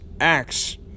acts